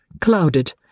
clouded